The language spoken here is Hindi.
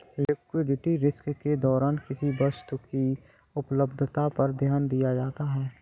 लिक्विडिटी रिस्क के दौरान किसी वस्तु की उपलब्धता पर ध्यान दिया जाता है